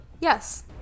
Yes